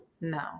No